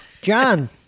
John